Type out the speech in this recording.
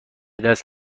دست